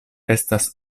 estas